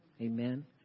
Amen